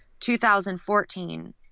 2014